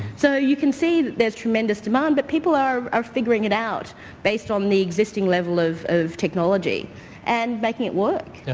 so you can see there's tremendous demand but people are are figuring it out based on the existing level of of technology and making it work.